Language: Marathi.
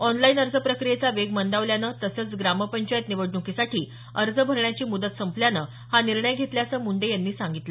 ऑनलाईन अर्ज प्रक्रियेचा वेग मंदावल्याने तसंच ग्रामपंचायत निवडणुकीसाठी अर्ज भरण्याची मुदत संपल्यानं हा निर्णय घेतल्याचं मुंडे यांनी सांगितलं